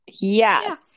Yes